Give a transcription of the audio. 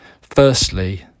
Firstly